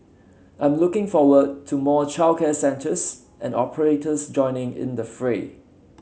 I'm looking forward to more childcare centres and operators joining in the fray